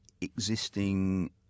existing